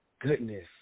goodness